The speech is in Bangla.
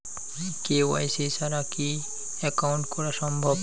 কে.ওয়াই.সি ছাড়া কি একাউন্ট করা সম্ভব?